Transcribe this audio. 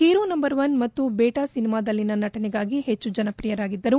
hero number one ಮತ್ತು ಬೇಟಾ ಸಿನಿಮಾದಲ್ಲಿನ ನಟನೆಗಾಗಿ ಹೆಚ್ಚು ಜನಪ್ರಿಯರಾಗಿದ್ದರು